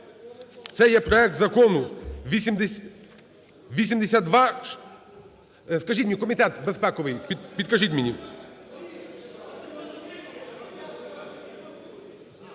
це є проект Закону 82… Скажіть мені, комітет безпековий, підкажіть мені.